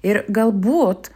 ir galbūt